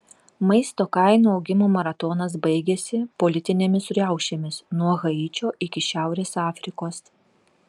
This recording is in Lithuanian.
maisto kainų augimo maratonas baigėsi politinėmis riaušėmis nuo haičio iki šiaurės afrikos